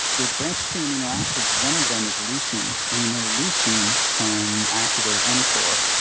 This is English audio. with branched-chain amino acids, one of them is leucine, and we know leucine can activate mtor,